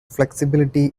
flexibility